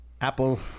Apple